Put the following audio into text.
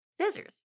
scissors